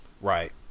Right